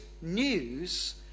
news